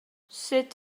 sut